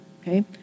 okay